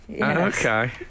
Okay